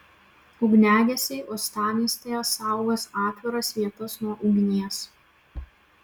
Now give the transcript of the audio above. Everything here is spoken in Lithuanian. ugniagesiai uostamiestyje saugos atviras vietas nuo ugnies